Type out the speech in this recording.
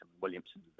Williamson